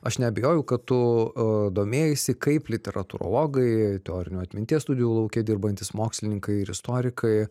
aš neabejoju kad tu domėjaisi kaip literatūrologai teorinių atminties studijų lauke dirbantys mokslininkai ir istorikai